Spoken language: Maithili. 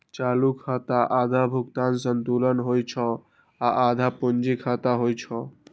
चालू खाता आधा भुगतान संतुलन होइ छै आ आधा पूंजी खाता होइ छै